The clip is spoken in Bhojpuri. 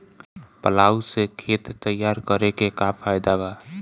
प्लाऊ से खेत तैयारी के का फायदा बा?